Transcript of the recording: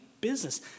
business